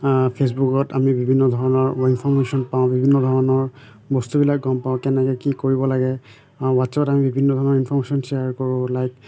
ফে'চবুকত আমি বিভিন্ন ধৰণৰ ইনফৰ্মেশ্যন পাওঁ বিভিন্ন ধৰণৰ বস্তুবিলাক গম পাওঁ কেনেকৈ কি কৰিব লাগে হোৱাটছএপত আমি বিভিন্ন ধৰণৰ ইনফৰৰ্মেশ্যন শ্বেয়াৰ কৰোঁ লাইক